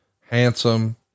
handsome